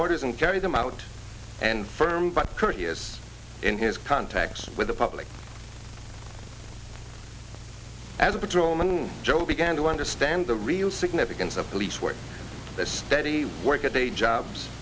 orders and carry them out and firm but courteous in his contacts with the public as a patrolman joe began to understand the real significance of police work a steady work a day job